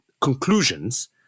conclusions